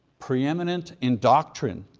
preeminent in doctrine,